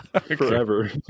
Forever